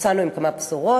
יצאנו עם כמה בשורות.